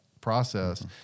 process